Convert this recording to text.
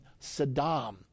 Saddam